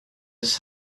his